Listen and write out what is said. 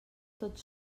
tots